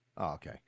Okay